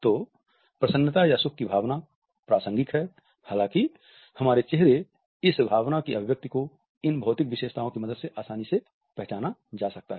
तो प्रशन्नता या सुख की भावना प्रासंगिक है हालाँकि हमारे चेहरे पर इस भावना की अभिव्यक्ति को इन भौतिक विशेषताओं की मदद से आसानी से पहचाना जा सकता है